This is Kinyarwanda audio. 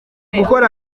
gukora